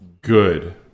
good